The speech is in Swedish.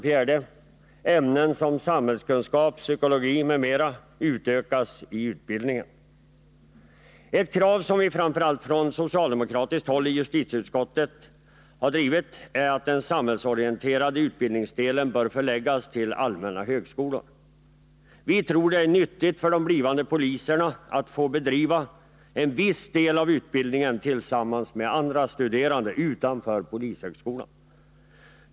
4. Ämnen som samhällskunskap och psykologi får ett större utrymme i utbildningen. Ett krav som drivits framför allt av socialdemokraterna i justitieutskottet är att den samhällsorienterande utbildningsdelen bör förläggas till allmänna högskolor. Vi tror att det är nyttigt för de blivande poliserna att få en viss del av utbildningen tillsammans med andra studerande utanför polishögskolan.